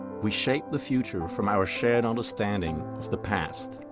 we shape the future from our shared understanding of the past.